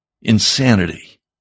Insanity